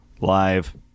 live